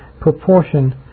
proportion